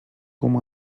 com